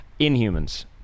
Inhumans